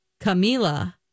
Camila